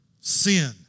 Sin